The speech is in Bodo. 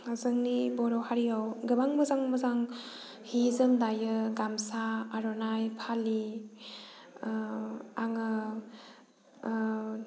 दा जोंनि बर' हारियाव गोबां मोजां मोजां हि जोम दायो गामसा आर'नाइ फालि आङो